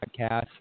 podcast